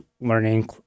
learning